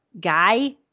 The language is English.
guy